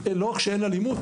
לא רק שאין אלימות,